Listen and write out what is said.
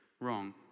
wrong